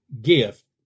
gift